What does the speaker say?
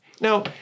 Now